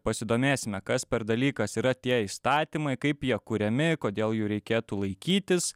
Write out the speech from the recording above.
pasidomėsime kas per dalykas yra tie įstatymai kaip jie kuriami kodėl jų reikėtų laikytis